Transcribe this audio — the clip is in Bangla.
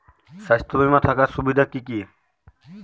স্বাস্থ্য বিমা থাকার সুবিধা কী কী?